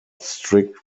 strict